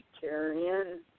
vegetarian